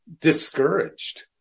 discouraged